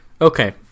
Okay